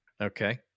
Okay